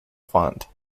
font